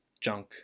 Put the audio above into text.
junk